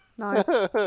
Nice